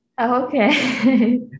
Okay